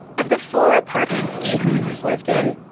of the four apartments ee-hoon has lived in,